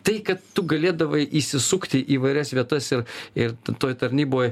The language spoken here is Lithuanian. tai kad tu galėdavai įsisukti įvairias vietas ir ir toj tarnyboj